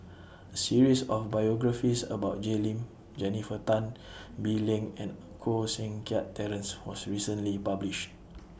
A series of biographies about Jay Lim Jennifer Tan Bee Leng and Koh Seng Kiat Terence was recently published